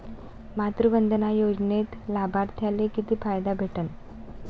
मातृवंदना योजनेत लाभार्थ्याले किती फायदा भेटन?